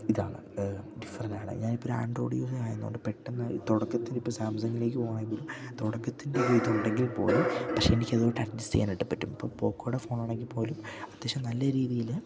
ഇതാണ് ഡിഫറണ്ടാണ് ഞാനിപ്പൊര് ആൻഡ്രോയിഡ് യൂസ ആയത് കൊണ്ട് പെട്ടെന്ന് തൊടക്കത്തിന്പ്പോ സാംസങ്ങിലേക്ക് പോണെങ്കിലും തൊടക്കത്തിൻ്റെ ഇതുണ്ടെങ്കിൽ പോലും പക്ഷെ എനിക്ക് അതിലോട്ട് അഡ്ജസ്റ്റ് ചെയ്യാനായിട്ട് പറ്റും ഇപ്പൊ പോക്കോടെ ഫോണാണെങ്കി പോലും അത്യാശ്യം നല്ല രീതിയില്